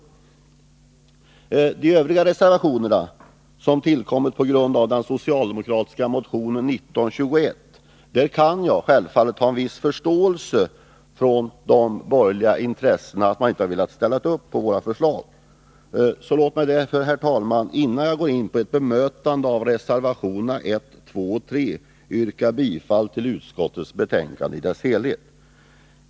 Vad gäller de övriga reservationerna, som tillkommit med anledning av den socialdemokratiska motionen 1921, kan jag självfallet ha en viss förståelse för de borgerliga intressena och för att man inte har velat ställa sig bakom vårt förslag. Men låt mig, herr talman, innan jag bemöter reservationerna 1, 2 och 3, yrka bifall till utskottets hemställan i dess helhet.